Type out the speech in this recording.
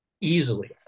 easily